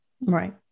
Right